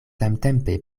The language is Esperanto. samtempe